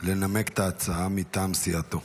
לנמק את ההצעה מטעם סיעתו.